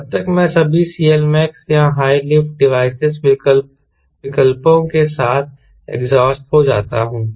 जब तक मैं सभी CLmax या हाय लिफ्ट डिवाइस विकल्पों के साथ एग्जास्ट हो जाता हूं